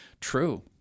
True